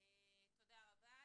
תודה רבה.